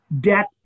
debt